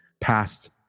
past